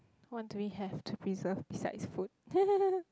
what do we have to preserve besides food